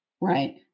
Right